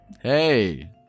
Hey